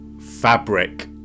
fabric